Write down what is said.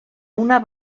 una